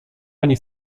ani